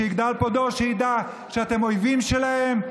שיגדל פה דור שידע שאתם אויבים שלהם,